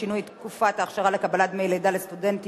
שינוי תקופת אכשרה לקבלת דמי לידה לסטודנטיות),